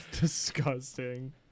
Disgusting